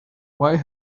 why